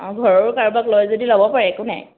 অঁ ঘৰৰো কাৰোবাক লৈ যদি ল'ব পাৰে একো নাই